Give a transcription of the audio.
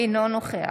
אינו נוכח